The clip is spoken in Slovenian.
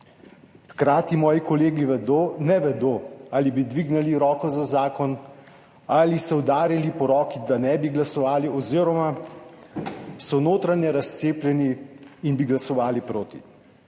Hkrati moji kolegi ne vedo, ali bi dvignili roko za zakon ali se udarili po roki, da ne bi glasovali oziroma so notranje razcepljeni in bi glasovali proti.